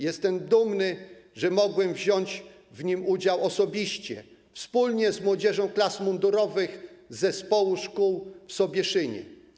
Jestem dumny, że mogłem wziąć w nim udział, wspólnie z młodzieżą klas mundurowych z zespołu szkół w Sobieszynie.